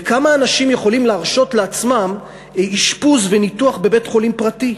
וכמה אנשים יכולים להרשות לעצמם אשפוז וניתוח בבית-חולים פרטי?